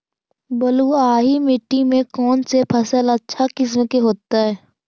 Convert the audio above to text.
बलुआही मिट्टी में कौन से फसल अच्छा किस्म के होतै?